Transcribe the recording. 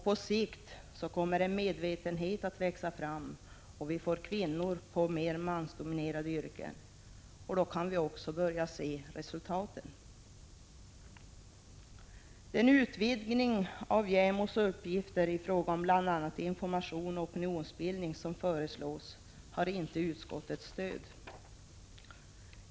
På sikt kommer en medvetenhet att växa fram, och vi får kvinnor i mer mansdominerade yrken. Då kan vi också börja se resultaten. Den utvidgning av JämO:s uppgifter i frågor om bl.a. information och opinionsbildning som föreslås har inte utskottets stöd.